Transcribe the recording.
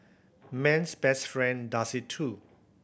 man's best friend does it too